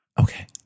Okay